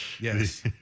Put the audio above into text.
Yes